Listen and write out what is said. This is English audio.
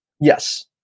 Yes